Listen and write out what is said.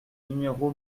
numéro